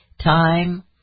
Time